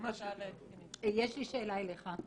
יש לי שאלה אליך.